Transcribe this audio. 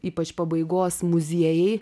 ypač pabaigos muziejai